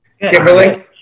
Kimberly